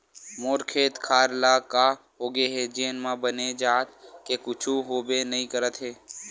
मोर खेत खार ल का होगे हे जेन म बने जात के कुछु होबे नइ करत हे